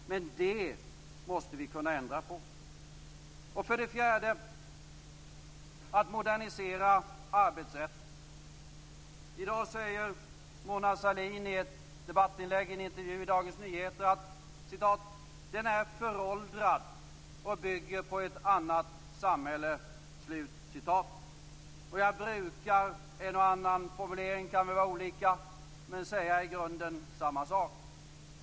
Men det måste vi kunna ändra på. För det fjärde: att modernisera arbetsrätten. I dag säger Mona Sahlin i en intervju i Dagens Nyheter: "Den är föråldrad och bygger på ett annat samhälle." Jag brukar säga i grunden samma sak, även om formuleringarna kan vara olika.